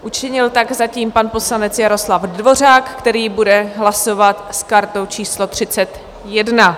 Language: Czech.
Učinil tak zatím pan poslanec Jaroslav Dvořák, který bude hlasovat s kartou číslo 31.